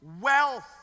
wealth